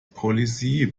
policy